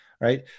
right